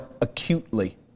acutely